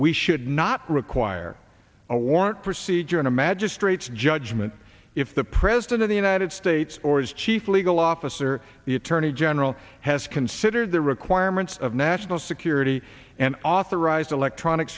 we should not require a warrant procedure in a magistrate's judgment if the president of the united states or his chief legal officer the attorney general has considered the requirements of national security and authorized electronic